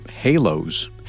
halos